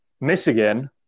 Michigan